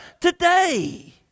today